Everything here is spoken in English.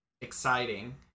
exciting